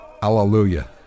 Hallelujah